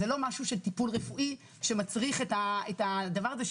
זה לא משהו של טיפול רפואי שמצריך את הדבר הזה,